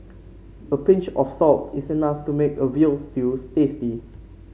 a pinch of salt is enough to make a veal stew tasty